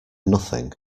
nothing